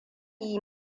yi